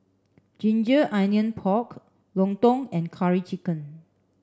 ginger onions pork lontong and curry chicken